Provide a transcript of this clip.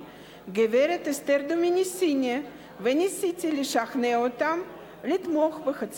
גברת אסתר דומיניסיני וניסיתי לשכנע אותם לתמוך בה.